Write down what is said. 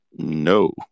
No